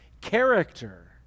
character